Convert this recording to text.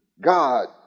God